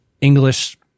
English